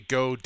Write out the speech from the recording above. go